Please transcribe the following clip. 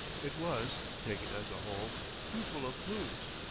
it was, taken as a whole, fruitful of clues.